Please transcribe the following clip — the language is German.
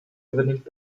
übernimmt